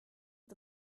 the